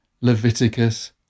Leviticus